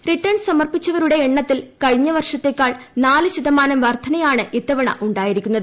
return സമർപ്പിച്ചവീരുടെ എണ്ണത്തിൽ കഴിഞ്ഞ വർഷത്തേക്കാൾ നാല് ശതമാന്ന്ർ വർധനയാണ് ഇത്തവണ ഉണ്ടായിരിക്കുന്നത്